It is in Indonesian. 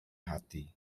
hati